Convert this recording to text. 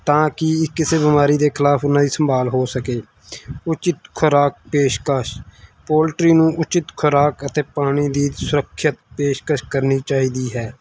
ਤਾਂ ਕਿ ਕਿਸੇ ਬਿਮਾਰੀ ਦੇ ਖਿਲਾਫ ਉਹਨਾਂ ਦੀ ਸੰਭਾਲ ਹੋ ਸਕੇ ਉਚਿਤ ਖੁਰਾਕ ਪੇਸ਼ਕਸ਼ ਪੋਲਟਰੀ ਨੂੰ ਉਚਿਤ ਖੁਰਾਕ ਅਤੇ ਪਾਣੀ ਦੀ ਸੁਰੱਖਿਅਤ ਪੇਸ਼ਕਸ਼ ਕਰਨੀ ਚਾਹੀਦੀ ਹੈ